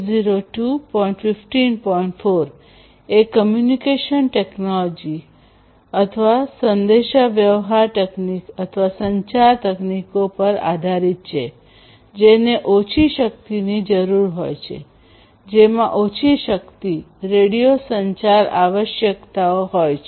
4 એ communication technology સંદેશાવ્યવહાર તકનીકો સંચાર તકનીકો પર આધારિત છે જેને ઓછી શક્તિની જરૂર હોય છે જેમાં ઓછી શક્તિ રેડિયો સંચાર આવશ્યકતાઓ હોય છે